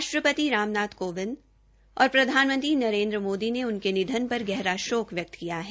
राष्ट्रपति राम नाथ कोविंद और प्रधानमंत्री नरेन्द्र मोदी ने उनके निधन पर गहरा शोक व्यकत किया है